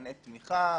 מבחני תמיכה,